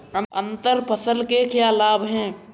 अंतर फसल के क्या लाभ हैं?